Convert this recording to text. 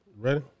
Ready